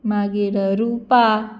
मागीर रुपा